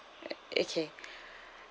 okay